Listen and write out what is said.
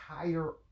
entire